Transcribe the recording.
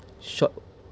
sure